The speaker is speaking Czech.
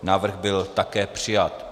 Návrh byl také přijat.